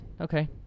okay